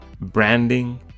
branding